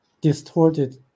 distorted